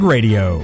Radio